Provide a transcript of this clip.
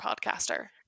podcaster